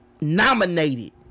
nominated